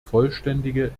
vollständige